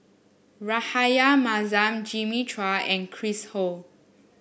Rahayu Mahzam Jimmy Chua and Chris Ho